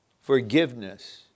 forgiveness